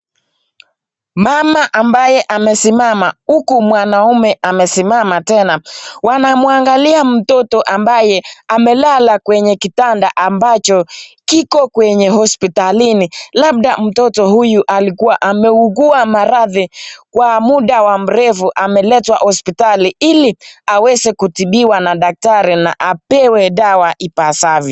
Mama ambaye amesimama huku mwanaume amesimama tena wanamwangalia mtoto ambaye amelala kwenye kitanda ambacho kiko kwenye hospitalini, labada mtoto huyu alikuwa ameugua maradhi kwa muda wa mrefu ameletwa hospitali ili aweze kutibiwa na daktari na apewe dawa ipasavyo.